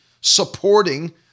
supporting